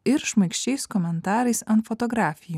ir šmaikščiais komentarais ant fotografijų